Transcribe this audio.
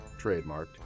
trademarked